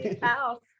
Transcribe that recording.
house